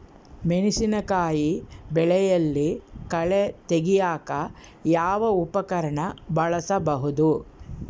ಮೆಣಸಿನಕಾಯಿ ಬೆಳೆಯಲ್ಲಿ ಕಳೆ ತೆಗಿಯಾಕ ಯಾವ ಉಪಕರಣ ಬಳಸಬಹುದು?